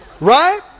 Right